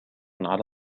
على